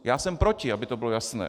Já jsem proti, aby to bylo jasné.